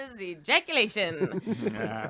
ejaculation